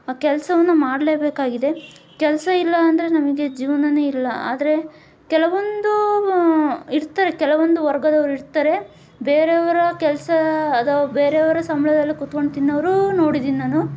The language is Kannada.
ಆ ಕೆಲಸವನ್ನ ಮಾಡಲೇಬೇಕಾಗಿದೆ ಕೆಲಸ ಇಲ್ಲಾಂದರೆ ನಮಗೆ ಜೀವನನೇ ಇಲ್ಲ ಆದರೆ ಕೆಲವೊಂದು ಇರ್ತಾರೆ ಕೆಲವೊಂದು ವರ್ಗದವ್ರು ಇರ್ತಾರೆ ಬೇರೆಯವರ ಕೆಲಸ ಅದು ಬೇರೆಯವರ ಸಂಬಳದಲ್ಲೂ ಕುತ್ಕೊಂಡು ತಿನ್ನೋವ್ರೂ ನೋಡಿದಿನಿ ನಾನು